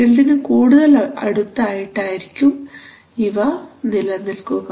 ഫീൽഡിന് കൂടുതൽ അടുത്ത് ആയിട്ട് ആയിരിക്കും ഇവ നിലനിൽക്കുക